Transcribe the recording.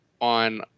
On